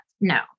No